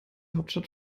hauptstadt